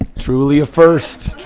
truly a first.